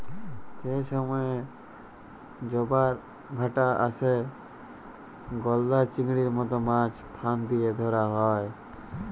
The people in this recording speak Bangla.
যে সময়ে জবার ভাঁটা আসে, গলদা চিংড়ির মত মাছ ফাঁদ দিয়া ধ্যরা হ্যয়